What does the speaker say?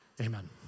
Amen